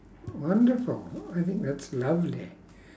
wonderful oh I think that's lovely